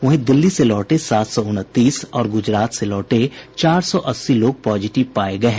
वहीं दिल्ली से लौटे सात सौ उनतीस और गुजरात से लौटे चार सौ अस्सी लोग पॉजिटिव पाये गये हैं